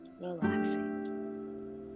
relaxing